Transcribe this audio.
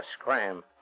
scram